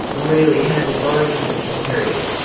really has its origins in this period.